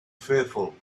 fearful